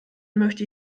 möchte